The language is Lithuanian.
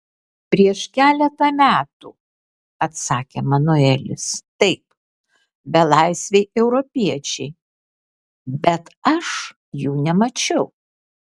prieš keletą metų atsakė manuelis taip belaisviai europiečiai bet aš jų nemačiau